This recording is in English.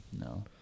No